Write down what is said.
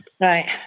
Right